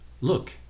Look